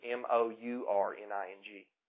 M-O-U-R-N-I-N-G